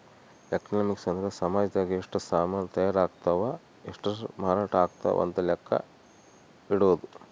economics ಅಂದ್ರ ಸಾಮಜದಾಗ ಎಷ್ಟ ಸಾಮನ್ ತಾಯರ್ ಅಗ್ತವ್ ಎಷ್ಟ ಮಾರಾಟ ಅಗ್ತವ್ ಅಂತ ಲೆಕ್ಕ ಇಡೊದು